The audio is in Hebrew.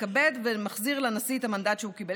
מתכבד ומחזיר לנשיא את המנדט שהוא קיבל.